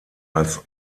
als